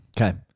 Okay